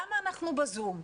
למה אנחנו ב-זום,